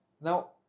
Now